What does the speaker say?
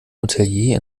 hotelier